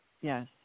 Yes